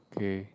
K